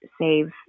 save